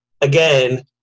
again